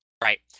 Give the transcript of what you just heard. Right